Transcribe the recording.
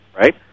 right